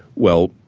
well,